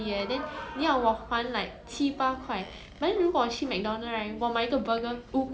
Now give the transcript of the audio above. ya that's why that's why 我 so unfair it's not easy to eat clean you know